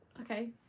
Okay